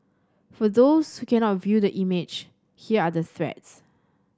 for those who cannot view the image here are the threats